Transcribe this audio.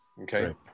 Okay